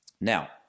Now